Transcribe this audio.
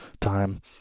time